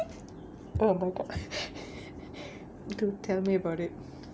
oh but ah don't tell me about it